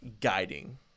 guiding